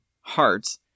hearts